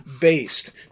based